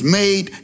made